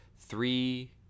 three